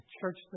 church